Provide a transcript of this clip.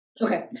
Okay